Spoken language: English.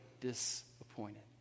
disappointed